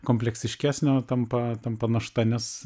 kompleksiškesnio tampa tampa našta nes